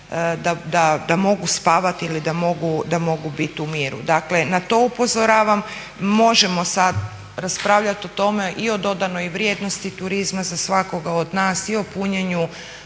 da mogu spavati ili da mogu biti u miru. Dakle na to upozoravam. Možemo sada raspravljati o tome i o dodanoj vrijednosti turizma za svakoga od nas i o punjenju